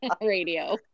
radio